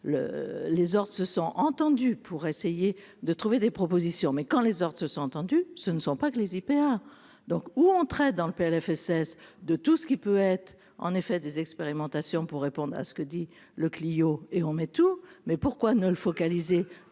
les hordes se sont entendus pour essayer de trouver des propositions mais quand les autres se sont entendus, ce ne sont pas que les IPA donc où entrait dans le PLFSS de tout ce qui peut être en effet des expérimentations pour répondre à ce que dit le Clio et on met tout, mais pourquoi ne le focaliser